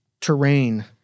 terrain